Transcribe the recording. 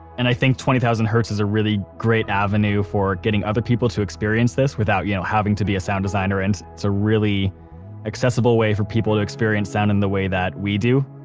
and i think twenty thousand hertz is a great avenue for getting other people to experience this without you know having to be a sound designer and it's a really accessible way for people to experience sound in the way that we do